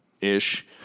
ish